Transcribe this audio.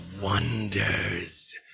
wonders